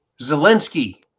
Zelensky